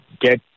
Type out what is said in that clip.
get